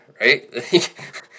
right